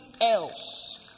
else